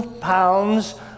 pounds